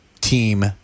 team